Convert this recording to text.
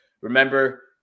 Remember